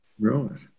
Right